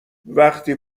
وقتی